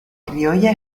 criolla